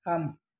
थाम